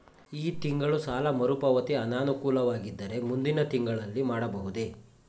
ಈ ತಿಂಗಳು ಸಾಲ ಮರುಪಾವತಿ ಅನಾನುಕೂಲವಾಗಿದ್ದರೆ ಮುಂದಿನ ತಿಂಗಳಲ್ಲಿ ಮಾಡಬಹುದೇ?